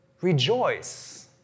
Rejoice